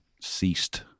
ceased